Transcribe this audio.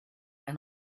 and